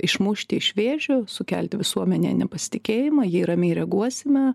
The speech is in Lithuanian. išmušti iš vėžio sukelti visuomenėje nepasitikėjimą jį ramiai reaguosime